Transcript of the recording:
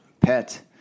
Pet